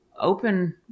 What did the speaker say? open